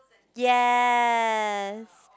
yes